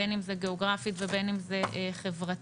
בין אם זה גיאוגרפית ובין אם זה חברתית.